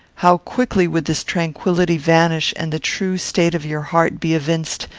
how quickly would this tranquillity vanish, and the true state of your heart be evinced,